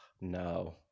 no